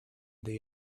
they